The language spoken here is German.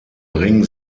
ring